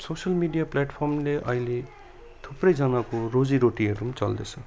social media प्ल्याटफर्मले अहिले थुप्रैजनाको रोजीरोटीहरू पनि चल्दैछ